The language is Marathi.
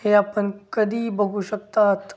हे आपण कधीही बघू शकतात